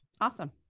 Awesome